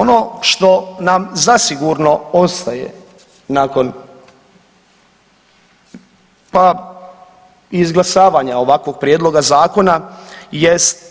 Ono što nam zasigurno ostaje nakon pa izglasavanja ovakvog prijedloga zakona jest